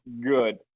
good